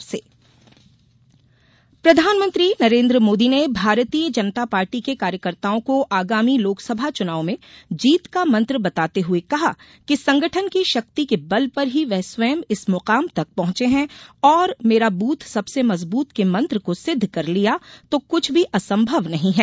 मोदी प्रधानमंत्री नरेन्द्र मोदी ने भारतीय जनता पार्टी के कार्यकर्ताओं को आगामी लोकसभा चुनाव में जीत का मंत्र बताते हए कहा कि संगठन की शक्ति के बल पर ही वे स्वयं इस मुकाम तक पहंचे हैं और मेरा ब्रथ सबसे मजबूत के मंत्र को सिद्ध कर लिया तो कुछ भी असंभव नही है